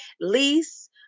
lease